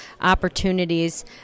opportunities